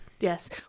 Yes